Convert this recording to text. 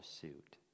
suit